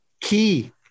key